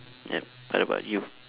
yup what about you